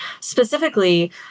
specifically